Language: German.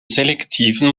selektiven